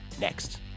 Next